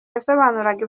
yasobanuraga